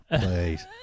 Please